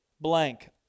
blank